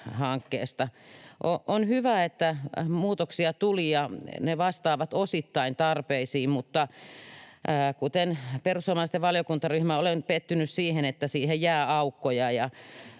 lainsäädäntöhankkeesta. On hyvä, että muutoksia tuli, ja ne vastaavat osittain tarpeisiin, mutta kuten perussuomalaisten valiokuntaryhmä myös minä olen pettynyt siihen, että siihen jää aukkoja.